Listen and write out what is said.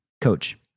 coach